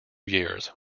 years